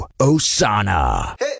Osana